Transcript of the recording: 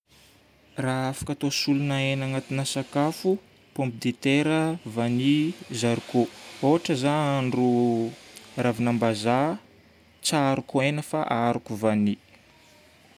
Raha afaka atao solona hegna agnatina sakafo: pomme de terre, vani, zarikô. Ôhatra za hahandro ravin'ambazaha, tsy aharoko hegna fa aharoko vanio.